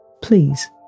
Please